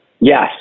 Yes